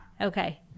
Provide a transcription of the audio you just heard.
okay